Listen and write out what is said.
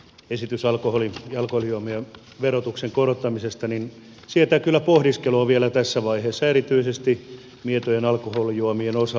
esitys alkoholin ja alkoholijuomien verotuksen korottamisesta sietää kyllä pohdiskelua vielä tässä vaiheessa erityisesti mietojen alkoholijuomien osalta